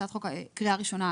הצעת חוק לקריאה ראשונה,